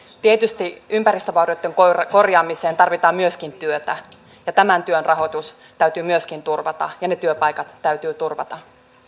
tietysti ympäristövaurioitten korjaamiseen tarvitaan myöskin työtä ja tämän työn rahoitus täytyy myöskin turvata ja ne työpaikat täytyy turvata